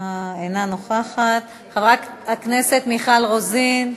אינה נוכחת, חברת הכנסת מיכל רוזין,